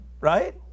Right